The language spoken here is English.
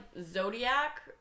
Zodiac